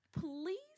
please